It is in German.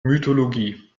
mythologie